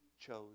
chose